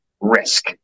risk